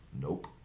nope